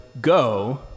go